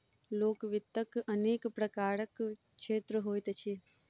लोक वित्तक अनेक प्रकारक क्षेत्र होइत अछि